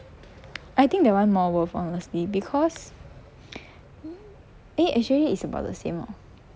I think that one more worth lor honestly because eh actually it's about the same hor